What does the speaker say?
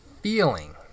feeling